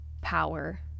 power